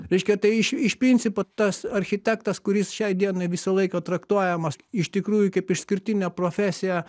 reiškia tai iš iš principo tas architektas kuris šiai dienai visą laiką traktuojamas iš tikrųjų kaip išskirtinė profesija